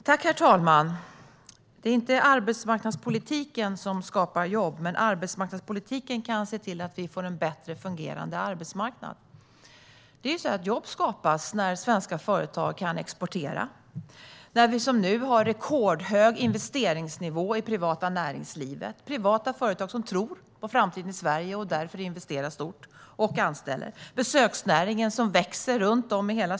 Herr talman! Det är inte arbetsmarknadspolitiken som skapar jobb, men arbetsmarknadspolitiken kan se till att vi får en bättre fungerande arbetsmarknad. Jobb skapas när svenska företag kan exportera och när vi som nu har rekordhög investeringsnivå i privata näringslivet. Det är privata företag som tror på framtiden i Sverige och därför investerar stort och anställer. Besöksnäringen växer runt om i Sverige.